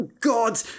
God